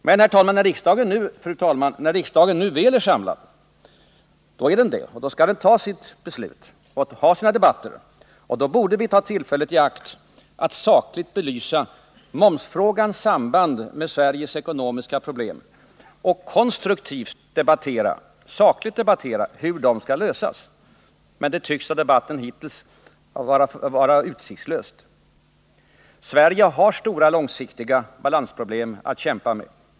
Men, fru talman, när nu riksdagen väl är samlad, då är den det, och då skall den föra sina debatter och fatta sina beslut. Och då borde vi ta tillfället i akt att sakligt belysa momsfrågans samband med Sveriges ekonomiska problem och konstruktivt och sakligt debattera hur de skall lösas. Men det tycks, att döma av debatten hittills, vara utsiktslöst. Sverige har stora långsiktiga balansproblem att kämpa med.